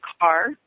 car